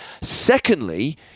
Secondly